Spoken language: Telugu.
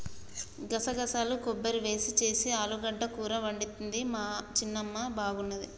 గసగసాలు కొబ్బరి వేసి చేసిన ఆలుగడ్డ కూర వండింది మా చిన్నమ్మ బాగున్నది